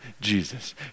Jesus